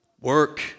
Work